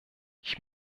ich